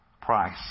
price